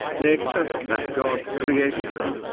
they accept that god created them,